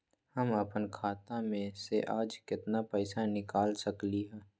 हम अपन खाता में से आज केतना पैसा निकाल सकलि ह?